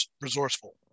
resourceful